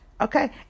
Okay